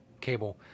cable